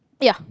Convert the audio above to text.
yeah